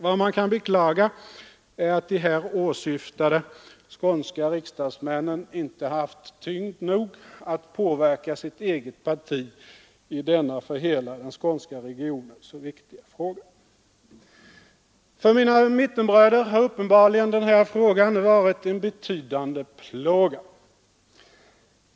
Vad som kan beklagas är att de här åsyftade skånska riksdagsmännen inte haft tyngd nog att påverka sitt eget parti i denna för hela den skånska regionen så viktiga fråga. För mina mittenbröder har uppenbarligen den här frågan varit en betydande plåga.